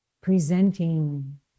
presenting